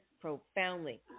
profoundly